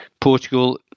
Portugal